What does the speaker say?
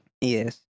Yes